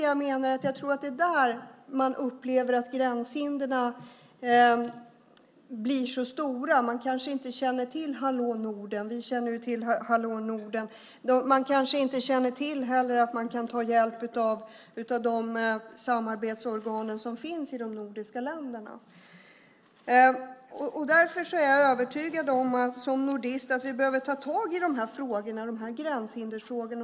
Jag tror att det är där man upplever att gränshindren blir så stora. Man känner kanske inte till Hallå Norden. Vi känner ju till det. Man känner kanske inte heller till att man kan ta hjälp av de samarbetsorgan som finns i de nordiska länderna. Därför är jag som nordist övertygad om att vi behöver ta tag i de här gränshindersfrågorna.